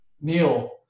Neil